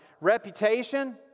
reputation